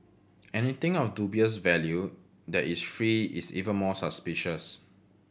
anything of dubious value that is free is even more suspicious